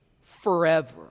forever